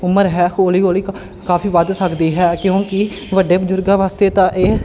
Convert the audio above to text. ਉਮਰ ਹੈ ਹੌਲੀ ਹੌਲੀ ਕ ਕਾਫੀ ਵੱਧ ਸਕਦੀ ਹੈ ਕਿਉਂਕਿ ਵੱਡੇ ਬਜ਼ੁਰਗਾਂ ਵਾਸਤੇ ਤਾਂ ਇਹ